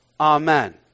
Amen